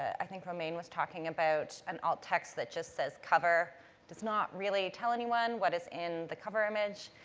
i think romain was talking about an alt text that just says cover does not really tell anyone what is in the cover image.